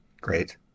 Great